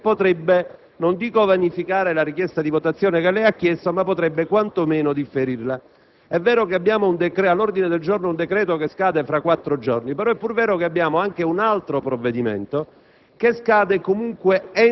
mi sembra ragionevole e che potrebbe, non dico vanificare quella richiesta di votazione, ma quantomeno differirla. È vero che abbiamo all'ordine del giorno un decreto‑legge che scade fra quattro giorni, però, è pur vero che abbiamo anche un altro provvedimento